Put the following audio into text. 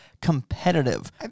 competitive